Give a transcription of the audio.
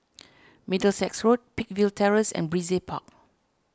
Middlesex Road Peakville Terrace and Brizay Park